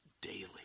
daily